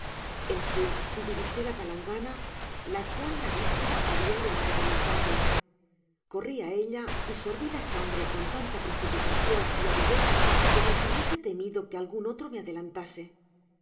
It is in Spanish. en fin divisé la palangana la cual la vis content from google book search generated at pora habia llenado de mi sangre corri á ella y sorvi la sangre con tanta precipitacion y avidez como si hubiese temido que algun otro me adelantase